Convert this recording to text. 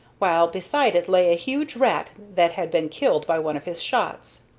while beside it lay a huge rat that had been killed by one of his shots.